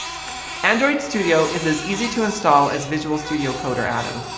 android studio is as easy to install as visual studio code or atom.